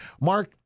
Mark